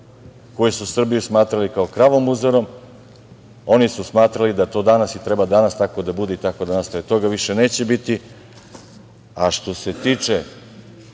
koji su Srbiju smatrali kravom muzarom, oni su smatrali da to danas, i treba i danas tako da bude i tako da nastave. Toga više neće biti. Što se tiče